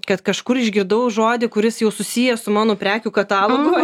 kad kažkur išgirdau žodį kuris jau susijęs su mano prekių katalogu